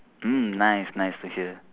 mm nice nice to hear